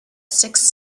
six